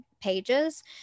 pages